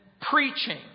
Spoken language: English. preaching